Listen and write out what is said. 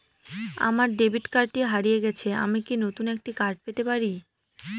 আমার ডেবিট কার্ডটি হারিয়ে গেছে আমি কি নতুন একটি কার্ড পেতে পারি?